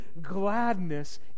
gladness